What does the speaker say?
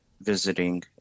visiting